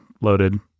loaded